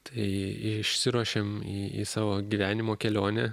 tai išsiruošėm į savo gyvenimo kelionę